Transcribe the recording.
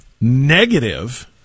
Negative